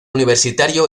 universitario